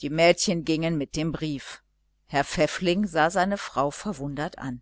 die mädchen gingen mit dem brief herr pfäffling sah seine frau verwundert an